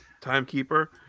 Timekeeper